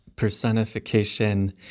personification